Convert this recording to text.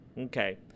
Okay